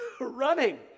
running